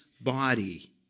body